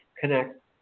connect